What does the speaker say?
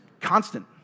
constant